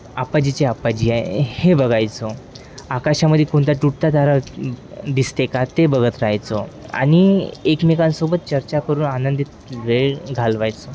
आपाजीचे आपाजी आहे हे बघायचो आकाशामध्ये कोणता तुटता तारा दिसते का ते बघत राहायचो आणि एकमेकांसोबत चर्चा करून आनंदित वेळ घालवायचो